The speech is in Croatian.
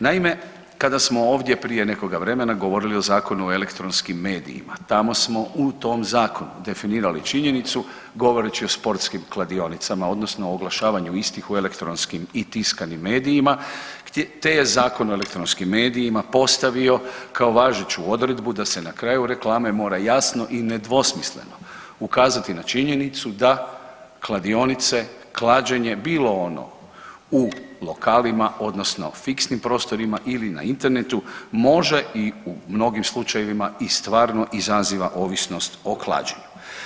Naime, kada smo ovdje prije nekoga vremena govorili o Zakonu o elektronskim medijima, tamo smo u tom zakonu definirali činjenicu govoreći o sportskim kladionicama odnosno oglašavanju istih u elektronskim i tiskanim medijima te je Zakon o elektronskim medijima postavio kao važeću odredbu da se na kraju reklame mora jasno i nedvosmisleno ukazati na činjenicu da kladionice i klađenje, bilo ono u lokalima odnosno fiksnim prostorima ili na internetu, može i u mnogim slučajevima i stvarno izaziva ovisnost o klađenju.